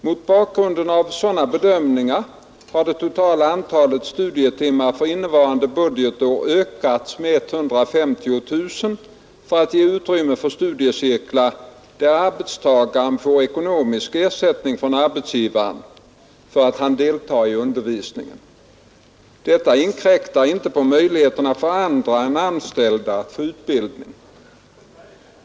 Mot bakgrund av sådana bedömningar har det totala antalet studietimmar för innevarande budgetår ökats med 150 000 för att ge utrymme för studiecirklar där arbetstagaren får ekonomisk ersättning från arbetsgivaren för att han deltar i undervisningen. Detta inkräktar inte på möjligheterna för andra än anställda att få utbildning.